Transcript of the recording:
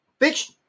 bitch